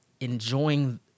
enjoying